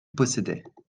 possédait